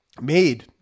made